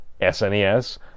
SNES